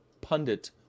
Pundit